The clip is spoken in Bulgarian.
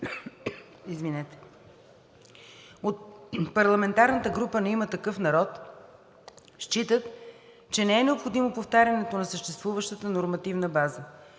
от парламентарната група на „Има такъв народ“ считат, че не е необходимо повтарянето на съществуващата нормативна база.